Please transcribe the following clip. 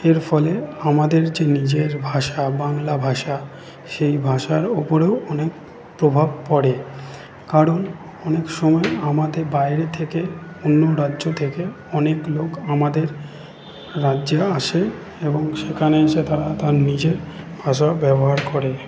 এর ফলে আমাদের যে নিজের ভাষা বাংলা ভাষা সেই ভাষার ওপরেও অনেক প্রভাব পড়ে কারণ অনেক সময় আমাদের বাইরে থেকে অন্য রাজ্য থেকে অনেক লোক আমাদের রাজ্যে আসে এবং সেখানে এসে তারা নিজের ভাষা ব্যবহার করে